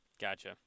gotcha